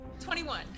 21